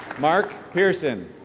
mark pearson.